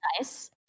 nice